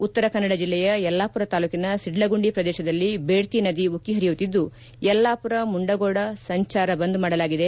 ಉತ್ತರ ಕನ್ನಡ ಜಿಲ್ಲೆಯ ಯಲ್ಲಾಪುರ ತಾಲೂಕಿನ ಸಿದ್ದಗುಂಡಿ ಪ್ರದೇಶದಲ್ಲಿ ಬೇಡ್ತಿ ನದಿ ಉಕ್ಕಿ ಹರಿಯುತ್ತಿದ್ದು ಯಲ್ಲಾಪುರ ಮುಂಡಗೋಡ ಸಂಚಾರ ಬಂದ್ ಮಾಡಲಾಗಿದೆ